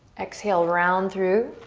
exhale round through,